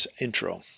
intro